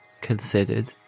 considered